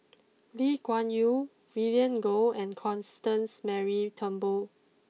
Lee Kuan Yew Vivien Goh and Constance Mary Turnbull